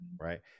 Right